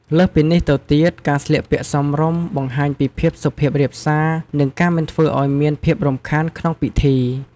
លើសពីនេះទៅទៀតការស្លៀកពាក់សមរម្យ បង្ហាញពីភាពសុភាពរាបសារ និងការមិនធ្វើអោយមានភាពរំខានក្នុងពិធី។